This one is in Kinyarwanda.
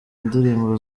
indirimbo